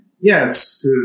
Yes